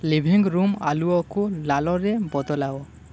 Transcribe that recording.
living room ଆଲୁଅକୁ ଲାଲରେ ବଦଳାଅ